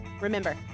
Remember